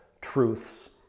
truths